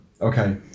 Okay